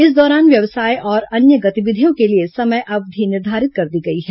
इस दौरान व्यवसाय और अन्य गतिविधियों के लिए समय अवधि निर्धारित कर दी गई है